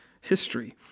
history